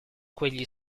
quegli